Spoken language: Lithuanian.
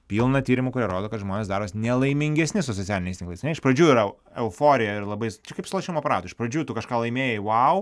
pilna tyrimų kurie rodo kad žmonės darosi nelaimingesni su socialiniais tinklais ane iš pradžių yra eu euforija ir labai čia kaip su lošimo aparatu iš pradžių tu kažką laimėjai vau